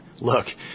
Look